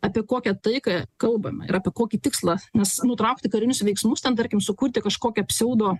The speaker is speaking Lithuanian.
apie kokią taiką kalbam ir apie kokį tikslą nes nutraukti karinius veiksmus ten tarkim sukurti kažkokią pseudo